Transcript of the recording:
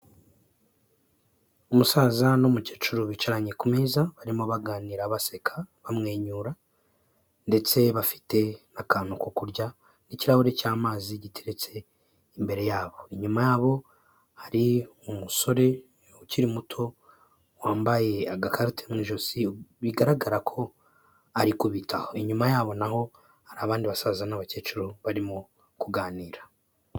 Umusaza n'umukecuru bicaranye ku meza, barimo baganira baseka, bamwenyura ndetse bafite akantu ko kurya n'ikirahure cy'amazi giteretse imbere yabo, inyuma yabo hari umusore ukiri muto, wambaye agakarita mu ijosi bigaragara ko ari kubitaho, inyuma yabo naho hari abandi basaza n'abakecuru barimo kuganira.